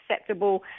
acceptable